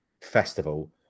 festival